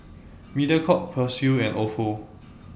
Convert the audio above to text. Mediacorp Persil and Ofo